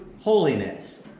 holiness